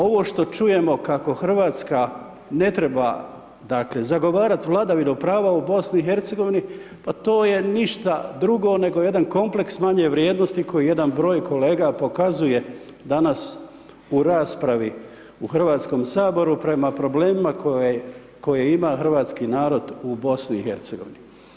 Ovo što čujemo kako Hrvatska ne treba dakle zagovarati vladavinu prava u BiH pa to je ništa drugo nego jedan kompleks manje vrijednosti koji jedan broj kolega pokazuje danas u raspravi u Hrvatskom saboru prema problemima koje ima hrvatski narod u BiH.